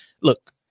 look